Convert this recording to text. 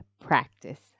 practice